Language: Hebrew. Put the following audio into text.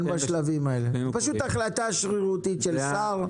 זאת פשוט החלטה שרירותית של שר.